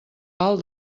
pal